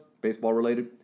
baseball-related